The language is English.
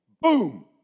Boom